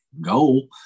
Goal